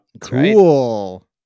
Cool